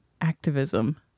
Activism